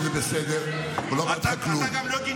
לא, אתה לא עונה